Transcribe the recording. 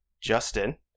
Justin